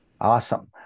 Awesome